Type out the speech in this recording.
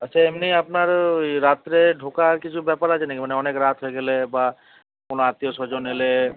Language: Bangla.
আচ্ছা এমনি আপনার রাত্রে ঢোকার কিছু ব্যাপার আছে নাকি মানে অনেক রাত হয়ে গেলে বা কোনো আত্মীয় স্বজন এলে